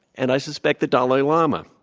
and i suspect the dalai lama,